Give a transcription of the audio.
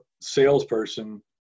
salesperson